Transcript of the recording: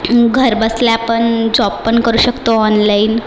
घरबसल्या पण जॉब पण करू शकतो ऑनलाइन